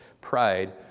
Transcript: pride